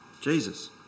Jesus